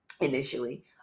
initially